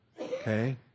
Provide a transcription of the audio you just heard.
okay